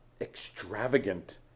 Extravagant